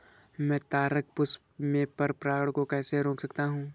मैं तारक पुष्प में पर परागण को कैसे रोक सकता हूँ?